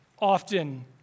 often